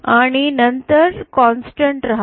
आणि नंतर कॉन्सेंटेंट राहते